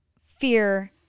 fear